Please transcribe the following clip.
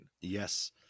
Yes